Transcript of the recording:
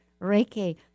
Reiki